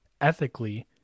ethically